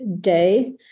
day